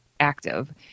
active